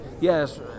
yes